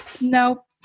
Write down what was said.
Nope